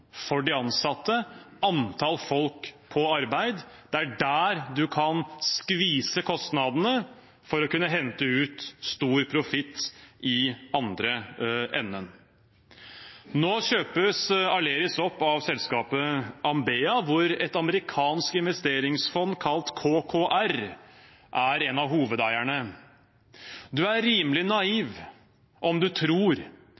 for de ansatte og antall folk på arbeid. Det er der man kan skvise kostnadene for å kunne hente ut stor profitt i den andre enden. Nå kjøpes Aleris opp av selskapet Ambea, hvor et amerikansk investeringsfond, kalt KKR, er en av hovedeierne. En er rimelig